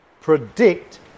predict